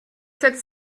sept